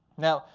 now,